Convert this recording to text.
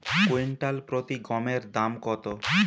Quintal প্রতি গমের দাম কত?